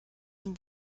dem